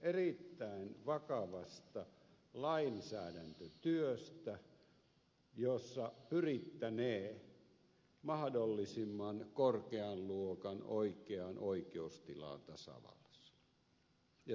erittäin vakavasta lainsäädäntötyöstä jossa pyrittäneen mahdollisimman korkean luokan oikeaan oikeustilaan tasavallassa